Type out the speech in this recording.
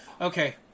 Okay